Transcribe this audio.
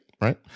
Right